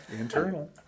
Internal